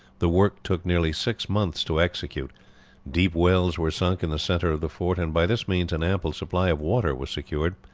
the work took nearly six months to execute deep wells were sunk in the centre of the fort, and by this means an ample supply of water was secured,